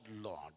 Lord